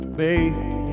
baby